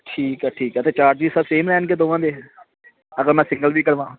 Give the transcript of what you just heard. ਠੀਕ ਹੈ ਠੀਕ ਹੈ ਫਿਰ ਚਾਰਜਿਜ ਸਰ ਸੇਮ ਰਹਿਣਗੇ ਦੋਵਾਂ ਦੇ ਅਗਰ ਮੈਂ ਸਿੰਗਲ ਵੀ ਕਰਵਾਵਾਂ